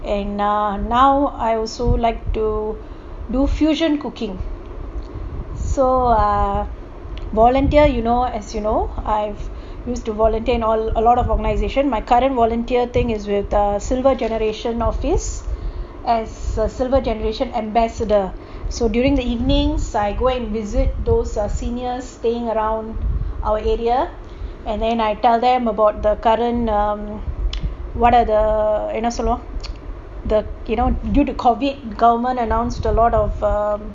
and ugh now I also like to do fusion cooking so err volunteer you know as you know I've used volunteer in a lot of organization my current volunteer thing is with the silver generation office as the silver generation ambassador so during the evening I go and visit those ugh seniors staying around our area and then I tell them about the current err what are the என்னசொல்வோம்:enna solvom you know due to COVID government announced a lot of um